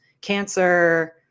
cancer